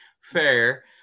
Fair